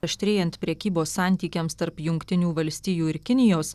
aštrėjant prekybos santykiams tarp jungtinių valstijų ir kinijos